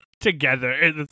together